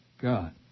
God